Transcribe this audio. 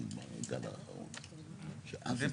פתאום